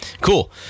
Cool